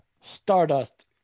Stardust